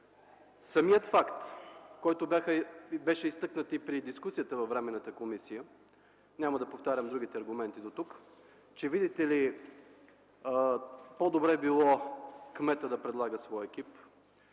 Самият факт, изтъкнат и по време на дискусията във Временната комисия – няма да повтарям другите аргументи дотук, че, видите ли, по-добре било кметът да предлага своя екип,